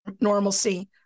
normalcy